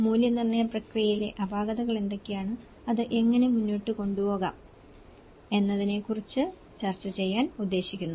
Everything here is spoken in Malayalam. മൂല്യനിർണ്ണയ പ്രക്രിയയിലെ അപാകതകൾ എന്തൊക്കെയാണ് അത് എങ്ങനെ മുന്നോട്ട് കൊണ്ടുപോകാം എന്നതിനെക്കുറിച്ചു ചർച്ച ചെയ്യാൻ ഉദ്ദേശിക്കുന്നു